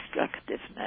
destructiveness